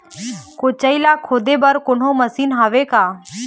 कोचई ला खोदे बर कोन्हो मशीन हावे का?